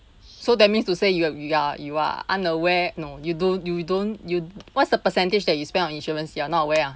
so that means to say you are you are you are unaware no you don't you don't you what's the percentage that you spend on insurance you are not aware ah